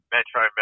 Metro